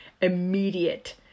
Immediate